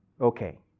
okay